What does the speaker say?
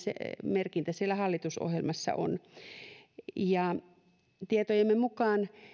merkintä siellä hallitusohjelmassa on tietojemme mukaan